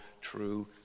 true